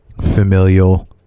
familial